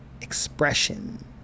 expression